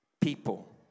people